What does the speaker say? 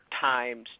Times